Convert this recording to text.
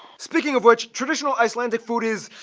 speaking of which, traditional icelandic food is,